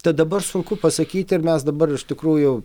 tad dabar sunku pasakyti ar mes dabar iš tikrųjų